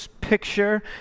picture